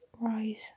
rise